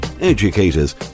educators